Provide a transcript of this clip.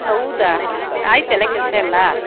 ಹೌದಾ ಆಯ್ತಾ ಎಲ್ಲ ಕೆಲಸ ಎಲ್ಲ